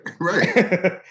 Right